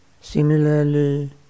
Similarly